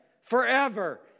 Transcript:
forever